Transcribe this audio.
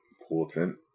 important